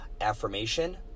affirmation